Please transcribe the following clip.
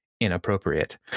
inappropriate